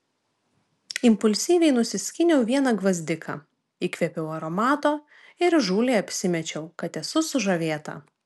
impulsyviai nusiskyniau vieną gvazdiką įkvėpiau aromato ir įžūliai apsimečiau kad esu sužavėta